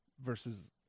versus